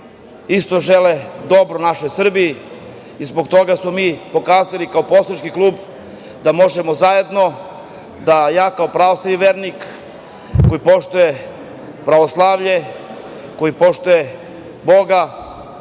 isto žele dobro našoj Srbiji i zbog toga smo mi pokazali kao poslanički klub da možemo zajedno. Ja kao pravoslavni vernik, koji poštuje pravoslavlje, koji poštuje Boga,